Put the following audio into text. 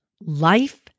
life